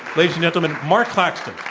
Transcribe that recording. ladies and gentlemen, marq claxton.